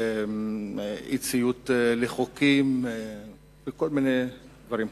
אי-ציות לחוקים וכל מיני דברים כאלה.